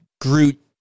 Groot